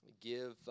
give